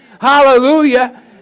Hallelujah